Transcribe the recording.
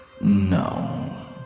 No